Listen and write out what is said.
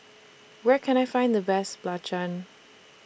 Where Can I Find The Best Belacan